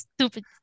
Stupid